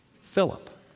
Philip